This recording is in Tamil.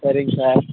சரிங்க சார்